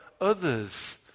others